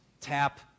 tap